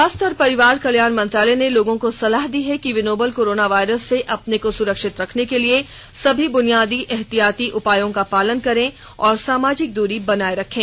स्वास्थ्य और परिवार कल्याण मंत्रालय ने लोगों को सलाह दी है कि वे नोवल कोरोना वायरस से अपने को सुरक्षित रखने के लिए सभी बुनियादी एहतियाती उपायों का पालन करें और सामाजिक दूरी बनाए रखें